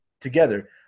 together